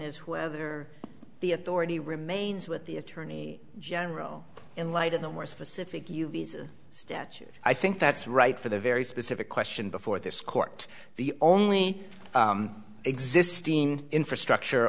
is whether the authority remains with the attorney general in light in the more specific statute i think that's right for the very specific question before this court the only existing infrastructure